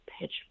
pitch